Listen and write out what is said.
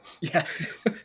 Yes